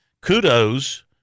Kudos